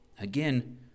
Again